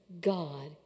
God